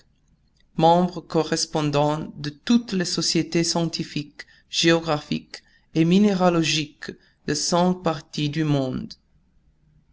membre correspondant de toutes les sociétés scientifiques géographiques et minéralogiques des cinq parties du monde